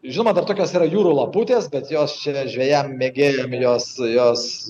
žinoma dar tokios yra jūrų laputės bet jos čia žvejam mėgėjam gilios jos